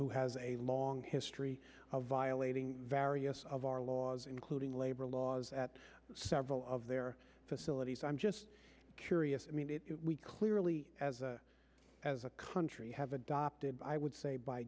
who has a long his three violating various of our laws including labor laws at several of their facilities i'm just curious i mean we clearly as a country have adopted i would say by